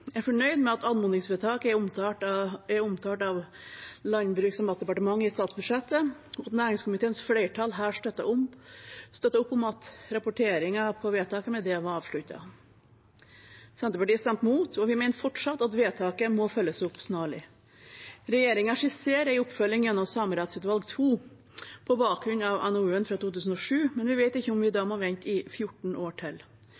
er fornøyd med at anmodningsvedtaket er omtalt av Landbruks- og matdepartementet i statsbudsjettet, og at næringskomiteens flertall her støtter opp om at rapporteringen på vedtaket med det var avsluttet. Senterpartiet stemte mot, og vi mener fortsatt at vedtaket må følges opp snarlig. Regjeringen skisserer en oppfølging gjennom Samerettsutvalget II, på bakgrunn av NOU-en fra 2007, men vi vet ikke om vi da må vente i 14 år til.